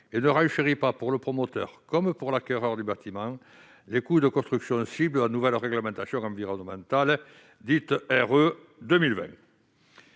qui ne renchérit pas, pour le promoteur comme pour l'acquéreur du bâtiment, les coûts de construction, qui sont la cible de la nouvelle réglementation environnementale, dite « RE2020